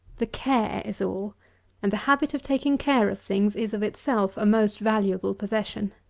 the care is all and the habit of taking care of things is, of itself, a most valuable possession.